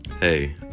Hey